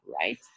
right